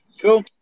Cool